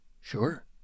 sure